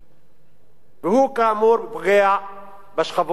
והוא, כאמור, פוגע בשכבות החלשות.